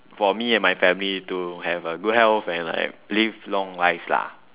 for me and my family to have a good health and like live long lives lah